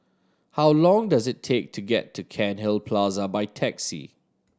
how long does it take to get to Cairnhill Plaza by taxi